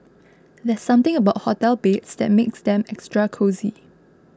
there's something about hotel beds that makes them extra cosy